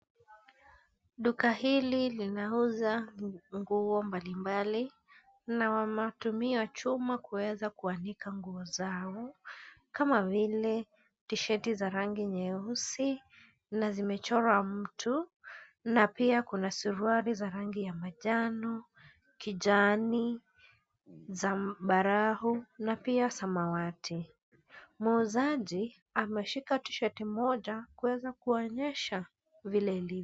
Duka hili linauza nguo mbali mbali na wametumia chuma kuweza kuanika nguo zao, kama vile: tisheti za rangi nyeusi na zimechorwa mtu na pia kuna suruali za rangi ya manjano, kijani, zambarau na pia samawati. Muuzaji ameshika tishati moja kuonyesha vile ilivyo.